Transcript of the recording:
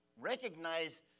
recognize